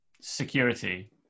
security